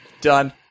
Done